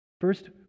first